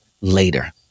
later